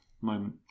moment